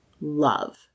love